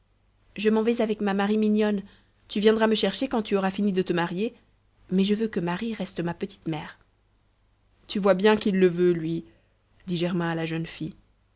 je m'en vais avec ma marie mignonne tu viendras me chercher quand tu auras fini de te marier mais je veux que marie reste ma petite mère tu vois bien qu'il le veut lui dit germain à la jeune fille